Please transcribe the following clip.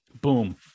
Boom